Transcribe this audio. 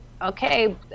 Okay